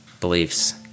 beliefs